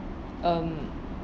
um